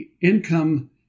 income